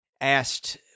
asked